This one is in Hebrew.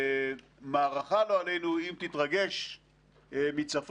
כשהמערכה, לא עלינו אם תתרגש מצפון,